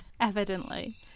evidently